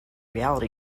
reality